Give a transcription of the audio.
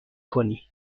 کنی